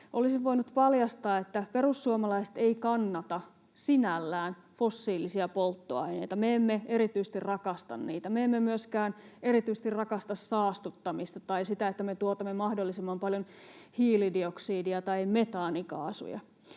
Olisin voinut paljastaa, että perussuomalaiset eivät kannata sinällään fossiilisia polttoaineita. Me emme erityisesti rakasta niitä. Me emme myöskään erityisesti rakasta saastuttamista tai sitä, että me tuotamme mahdollisimman paljon hiilidioksidia tai metaanikaasuja.